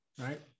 right